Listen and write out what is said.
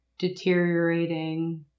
deteriorating